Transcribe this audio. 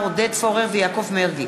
רויטל סויד ומרדכי יוגב